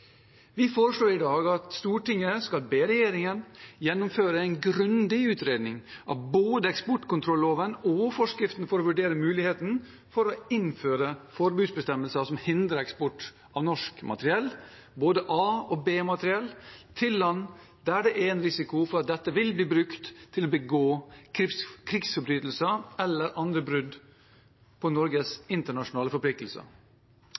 Vi foreslår i dag at Stortinget skal be regjeringen gjennomføre en grundig utredning av både eksportkontrolloven og forskriften for å vurdere muligheten for å innføre forbudsbestemmelser som hindrer eksport av norsk materiell, både A- og B-materiell, til land der det er en risiko for at dette vil bli brukt til å begå krigsforbrytelser eller andre brudd på Norges internasjonale forpliktelser.